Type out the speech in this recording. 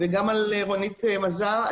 וגם על רונית מזר.